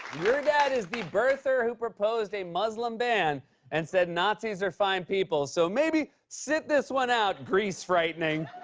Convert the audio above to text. your dad is the birther who proposed a muslim ban and said nazis are fine people, so maybe sit this one out, grease frightening.